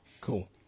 cool